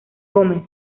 gómez